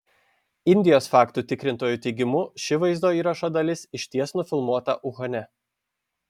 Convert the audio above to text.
indijos faktų tikrintojų teigimu ši vaizdo įrašo dalis išties nufilmuota uhane